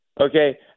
Okay